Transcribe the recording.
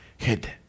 head